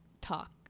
talk